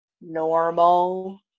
normal